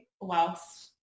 whilst